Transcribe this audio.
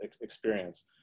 experience